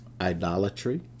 idolatry